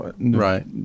right